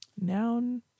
Noun